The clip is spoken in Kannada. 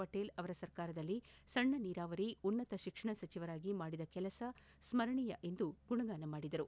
ಪಟೇಲ್ ಅವರ ಸರ್ಕಾರದಲ್ಲಿ ಸಣ್ಣ ನೀರಾವರಿ ಉನ್ನತ ಶಿಕ್ಷಣ ಸಚಿವರಾಗಿ ಮಾಡಿದ ಕೆಲಸ ಸ್ಗರಣೀಯ ಎಂದು ಗುಣಗಾನ ಮಾಡಿದರು